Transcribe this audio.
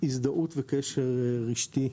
הזדהות וקשר רשתי.